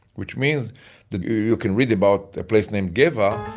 which means that you can read about a place named geva,